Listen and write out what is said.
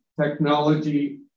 technology